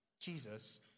Jesus